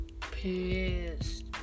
pissed